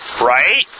right